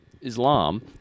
Islam